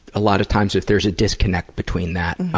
a lot of times, if there is a disconnect between that,